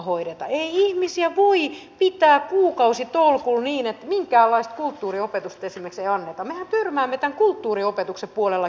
tässä ei ole sinänsä mitään pahaa kunhan kansalaisten järjestöjen ja yritysten tasapuolisesta kohtelusta pidetään huolta ja lainsäädäntötyössä kunnioitetaan asiantuntemusta